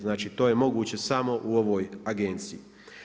Znači to je moguće samo u ovoj agenciji.